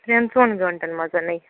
ترٛٮ۪ن ژۄن گنٛٹن منٛز